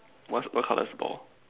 what's what colour is the ball